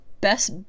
best